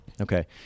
okay